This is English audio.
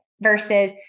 versus